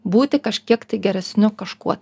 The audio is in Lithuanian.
būti kažkiek geresniu kažkuo